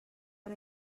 per